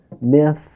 myth